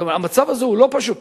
המצב הזה לא פשוט.